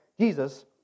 Jesus